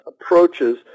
approaches